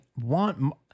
want